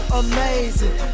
amazing